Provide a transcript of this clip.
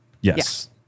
Yes